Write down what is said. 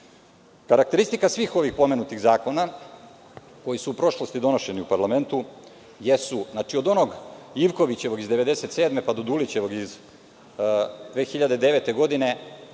dana. Karakteristika svih ovih pomenutih zakona, koji su u prošlosti donošeni u parlamentu, znači od onog Ivkovićevog iz 1997, pa do Dulićevog iz 2009. godine,